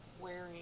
wearing